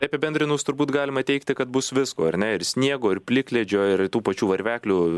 apibendrinus turbūt galima teigti kad bus visko ar ne ir sniego ir plikledžio ir tų pačių varveklių